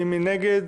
מי נגד?